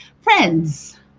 friends